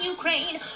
Ukraine